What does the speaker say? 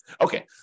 Okay